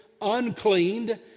uncleaned